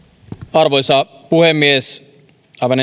arvoisa puhemies aivan